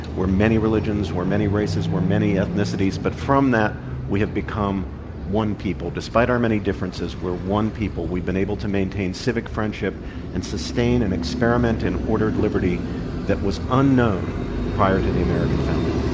we're many religions. we're many races. we're many ethnicities. but from that we have become one people. despite our many differences we're one people. we've been able to maintain civic friendship and sustain and experiment in ordered liberty that was unknown unknown prior to the american founding.